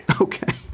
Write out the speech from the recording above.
Okay